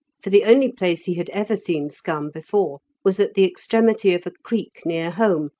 for the only place he had ever seen scum before was at the extremity of a creek near home,